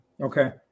Okay